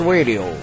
Radio